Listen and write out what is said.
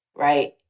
right